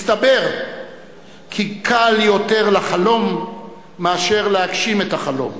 מסתבר כי קל יותר לחלום מאשר להגשים את החלום.